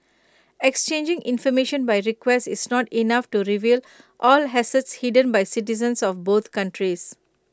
exchanging information by request is not enough to reveal all assets hidden by citizens of both countries